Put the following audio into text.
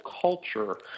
culture